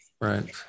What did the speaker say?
right